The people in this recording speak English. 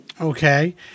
Okay